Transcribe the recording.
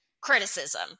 criticism